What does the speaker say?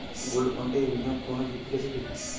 Gold বন্ডে বিনিয়োগে কোন ঝুঁকি আছে কি?